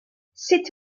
sut